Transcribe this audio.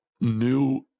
new